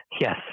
yes